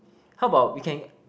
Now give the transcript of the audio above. how about we can